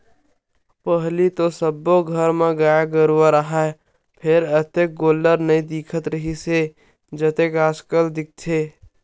पहिली तो सब्बो घर म गाय गरूवा राहय फेर अतेक गोल्लर नइ दिखत रिहिस हे जतेक आजकल दिखथे